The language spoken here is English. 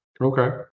okay